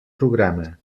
programa